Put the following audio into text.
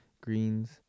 greens